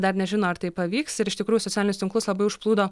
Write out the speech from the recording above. dar nežino ar tai pavyks ir iš tikrųjų socialinius tinklus labai užplūdo